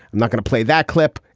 i'm not going to play that clip.